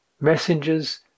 messengers